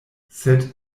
sed